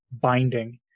binding